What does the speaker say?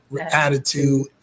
Attitude